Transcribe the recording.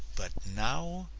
but now?